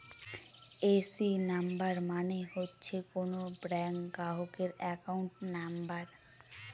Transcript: AC number মানে হচ্ছে কোনো ব্যাঙ্ক গ্রাহকের একাউন্ট নাম্বার